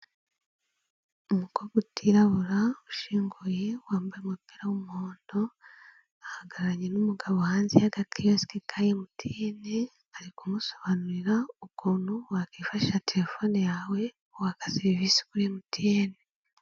Umukobwa utirabura ushinguye wambaye umupira w'umuhondo, ahagararanye n'umugabo hanze y'agakiyosike ka MTN, ari kumusobanurira ukuntu wakifashisha terefone yawe waka serivisi kuri MTN.